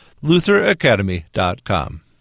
lutheracademy.com